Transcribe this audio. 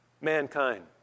mankind